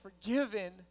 forgiven